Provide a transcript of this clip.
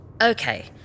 Okay